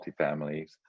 multifamilies